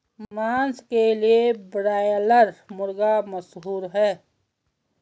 मांस के लिए ब्रायलर मुर्गा मशहूर है